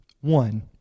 one